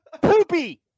Poopy